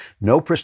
No